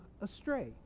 astray